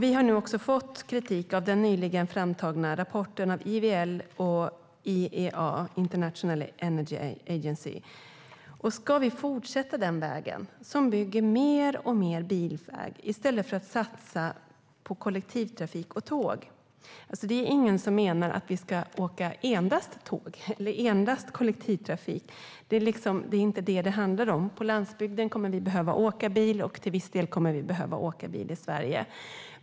Vi har nu också fått kritik i den nyligen framtagna rapporten från IVL och IEA, International Energy Agency. Ska vi fortsätta på den väg som innebär att vi bygger mer och mer bilväg i stället för att satsa på kollektivtrafik och tåg? Det är ju ingen som menar att vi ska åka endast tåg eller endast kollektivt. Det handlar inte om det. På landsbygden kommer vi att behöva åka bil, så till viss del kommer vi att behöva åka bil i Sverige.